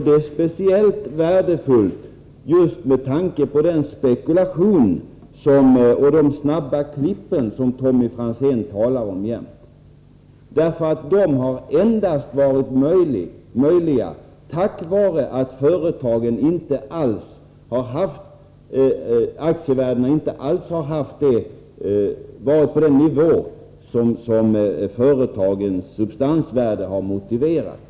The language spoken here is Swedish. Det är speciellt värdefullt just med tanke på den spekulation och de ”snabba klipp” som Tommy Franzén jämt talar om. De har nämligen endast varit möjliga tack vare att aktievärdena inte alls har legat på den nivå som företagens substansvärde har motiverat.